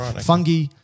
Fungi